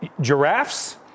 Giraffes